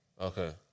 Okay